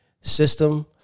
system